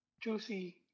juicy